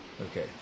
Okay